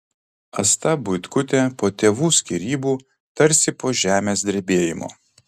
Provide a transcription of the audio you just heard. asta buitkutė po tėvų skyrybų tarsi po žemės drebėjimo